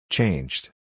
Changed